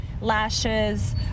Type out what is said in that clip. lashes